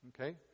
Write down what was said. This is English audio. Okay